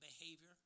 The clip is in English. behavior